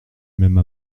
même